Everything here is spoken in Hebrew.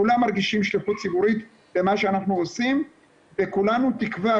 כולנו מרגישים שליחות ציבורית במה שאנחנו עושים וכולנו תקווה,